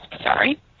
Sorry